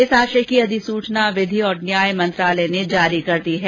इस आशय की अधिसूचना विधि और न्याय मंत्रालय ने जारी कर दी है